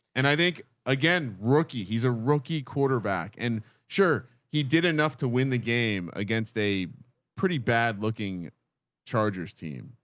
and i think again, rookie, he's a rookie quarterback and sure he did enough to win the game against a pretty bad looking chargers team.